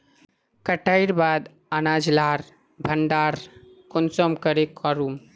कटाईर बाद अनाज लार भण्डार कुंसम करे करूम?